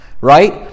right